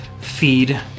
feed